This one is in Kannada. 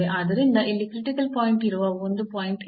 ಆದ್ದರಿಂದ ಇಲ್ಲಿ ಕ್ರಿಟಿಕಲ್ ಪಾಯಿಂಟ್ ಇರುವ ಒಂದು ಪಾಯಿಂಟ್ ಇದೆ